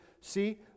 See